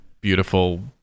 beautiful